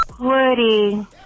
Woody